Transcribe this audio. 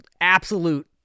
absolute